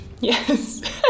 Yes